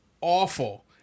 awful